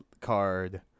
card